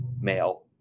male